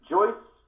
Joyce